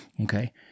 Okay